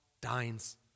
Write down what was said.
dines